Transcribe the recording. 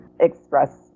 express